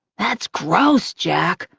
that's gross, jack.